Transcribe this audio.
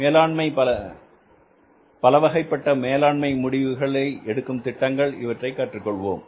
மேலாண்மை பலவகைப்பட்ட மேலாண்மை முடிவு எடுக்கும் திட்டங்கள் இவற்றைக் கற்றுக் கொள்வோம்